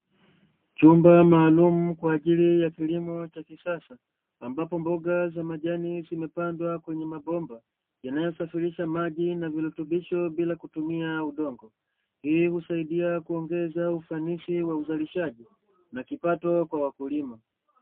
Chumba maalumu kwa ajili ya kilimo cha kisasa, ambapo mboga za majani zimepandwa kwenye mabomba yanayosababisha maji na virutubisho bila kutumia udongo, hii husaidia kuongeza ufanisi kwa wazalishaji na kipato kwa wakulima.